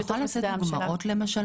את יכולה לתת דוגמאות למשל?